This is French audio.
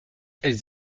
elles